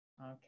Okay